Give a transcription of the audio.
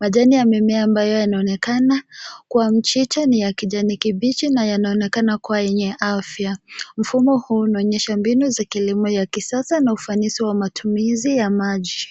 Majani ya mimea ambayo yanaonekana kwa mchicha ni ya kijani kibichi na yanaonekana kuwa yenye afya. Mfumo huu unaonyesha mbinu za kilimo ya kisasa na ufanisi wa matumizi ya maji.